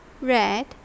red